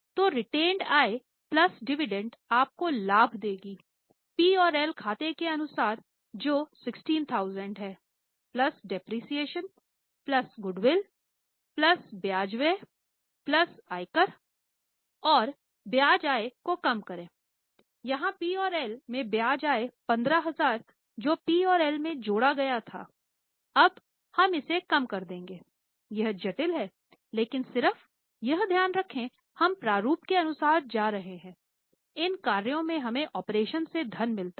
तोरेटेनेड से धन मिलता है